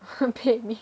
pay me